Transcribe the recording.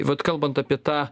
vat kalbant apie tą